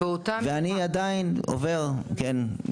ואני עדיין עובר, כן?